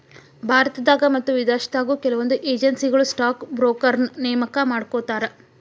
ಭಾರತದಾಗ ಮತ್ತ ವಿದೇಶದಾಗು ಕೆಲವೊಂದ್ ಏಜೆನ್ಸಿಗಳು ಸ್ಟಾಕ್ ಬ್ರೋಕರ್ನ ನೇಮಕಾ ಮಾಡ್ಕೋತಾರ